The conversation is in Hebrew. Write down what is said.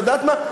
ואת יודעת מה?